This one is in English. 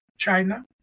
China